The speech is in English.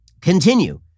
continue